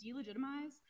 delegitimize